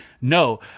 no